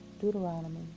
deuteronomy